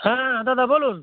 হ্যাঁ দাদা বলুন